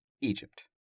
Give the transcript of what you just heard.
Egypt